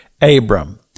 Abram